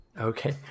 Okay